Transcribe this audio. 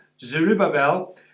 Zerubbabel